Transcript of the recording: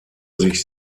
sich